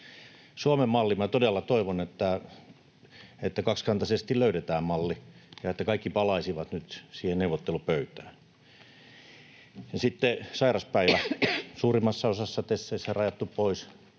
Suomen-malli: minä todella toivon, että kaksikantaisesti löydetään malli ja että kaikki palaisivat nyt siihen neuvottelupöytään. Ja sitten sairaspäivä: suurimmassa osassa TESeistä rajattu pois,